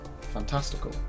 fantastical